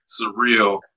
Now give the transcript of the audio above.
surreal